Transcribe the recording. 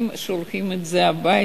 הם שולחים את זה לאתיופיה,